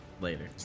Later